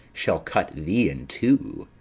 shall cut thee in two.